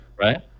Right